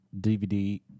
dvd